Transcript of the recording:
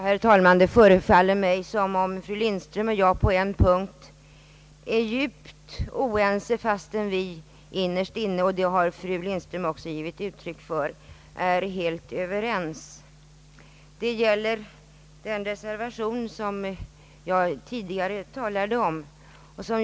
Herr talman! Det förefaller mig som om fru Lindström och jag på en punkt är ganska djupt oeniga, fastän vi innerst inne är helt överens, något som fru Lindström också har framhållit.